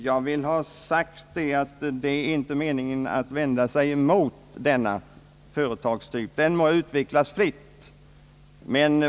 Jag vill betona att det inte är meningen att vända sig mot denna företagstyp. Den må utvecklas fritt.